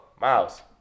Miles